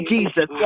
Jesus